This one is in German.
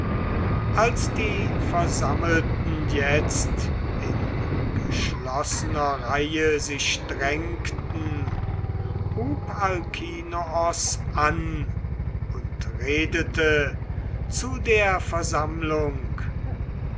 als die versammelten jetzt in geschlossener reihe sich drängten hub alkinoos an und redete zu der versammlung